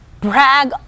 brag